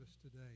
today